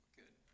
good